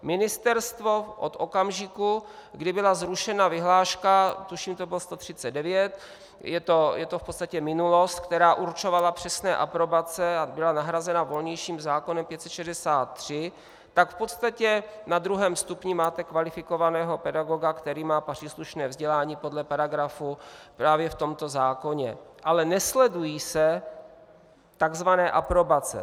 Ministerstvo od okamžiku, kdy byla zrušena vyhláška, tuším, 139, je to v podstatě minulost, která určovala přesné aprobace a byla nahrazena volnějším zákonem 563, tak v podstatě na druhém stupni máte kvalifikovaného pedagoga, který má příslušné vzdělání podle paragrafu právě v tomto zákoně, ale nesledují se tzv. aprobace.